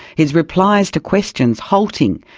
his replies to questions halting,